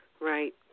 Right